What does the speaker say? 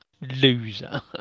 Loser